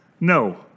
No